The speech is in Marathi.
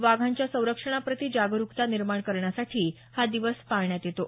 वाघांच्या संरक्षणाप्रती जागरुकता निर्माण करण्यासाठी हा दिवस पाळण्यात येतो